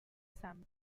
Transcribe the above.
stem